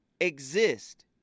exist